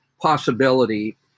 possibility